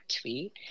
tweet